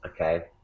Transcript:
okay